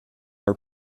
are